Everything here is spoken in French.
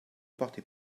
partez